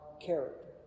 character